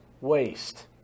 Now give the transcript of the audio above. waste